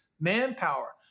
manpower